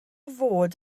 fod